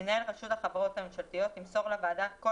מנהל רשות החברות הממשלתיות ימסור לוועדה כל